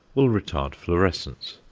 will retard florescence.